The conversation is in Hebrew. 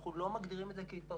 אנחנו לא מגדירים את זה כהתפרצות.